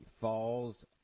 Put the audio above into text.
falls